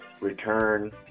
return